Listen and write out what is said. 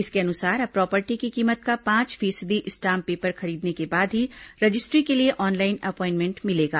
इसके अनुसार अब प्रॉपर्टी की कीमत का पांच फीसदी स्टाम्प पेपर खरीदने के बाद ही रजिस्ट्री के लिए ऑनलाइन अपॉइनमेंट मिलेगा